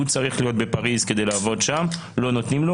הוא צריך להיות בפריז לצרכי עבודה ולא נותנים לו.